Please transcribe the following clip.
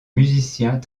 musiciens